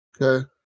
okay